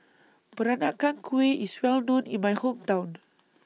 Peranakan Kueh IS Well known in My Hometown